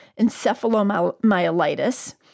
encephalomyelitis